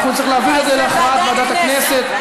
נצטרך להעביר את זה להכרעת ועדת הכנסת.